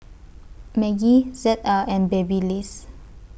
Maggi Z A and Babyliss